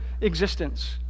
existence